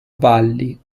valli